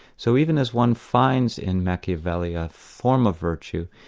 so even as one finds in machiavelli a form of virtue,